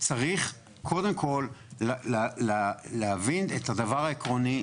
צריך קודם כול להבין את הדבר העקרוני,